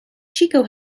chico